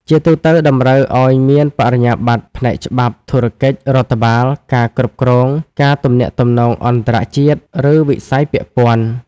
ជាទូទៅ តម្រូវឱ្យមាន បរិញ្ញាបត្រ ផ្នែកច្បាប់ ធុរកិច្ច រដ្ឋបាល ការគ្រប់គ្រង ការទំនាក់ទំនងអន្តរជាតិ ឬវិស័យពាក់ព័ន្ធ។